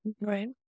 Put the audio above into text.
Right